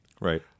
Right